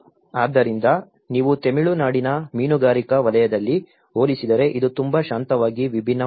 ಆದ್ದರಿಂದ ನೀವು ತಮಿಳುನಾಡಿನ ಮೀನುಗಾರಿಕಾ ವಲಯದಲ್ಲಿ ಹೋಲಿಸಿದರೆ ಇದು ತುಂಬಾ ಶಾಂತವಾಗಿ ವಿಭಿನ್ನವಾಗಿದೆ